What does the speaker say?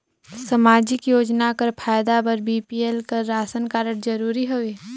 समाजिक योजना कर फायदा बर बी.पी.एल कर राशन कारड जरूरी हवे?